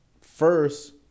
First